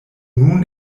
nun